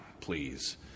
please